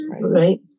right